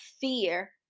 fear